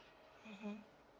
mmhmm